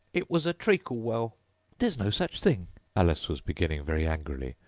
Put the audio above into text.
it was a treacle-well there's no such thing alice was beginning very angrily,